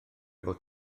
fod